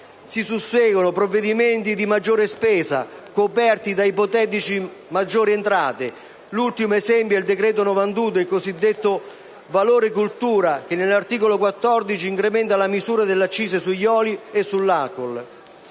si susseguono provvedimenti di maggiore spesa coperti da ipotetiche maggiori entrate: l'ultimo esempio è il decreto-legge n.91, il cosiddetto decreto valore-cultura, che all'articolo 14 incrementa la misura delle accise sugli oli e sull'alcol.